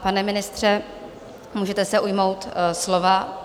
Pane ministře, můžete se ujmout slova.